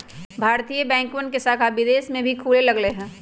भारतीय बैंकवन के शाखा विदेश में भी खुले लग लय है